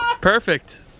Perfect